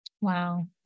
Wow